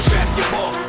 Basketball